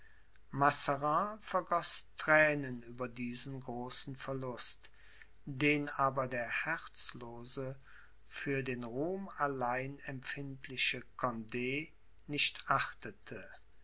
vergoß thränen über diesen großen verlust den aber der herzlose für den ruhm allein empfindliche cond nicht achtete